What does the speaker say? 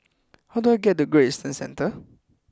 how do I get to Great Eastern Centre